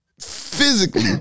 physically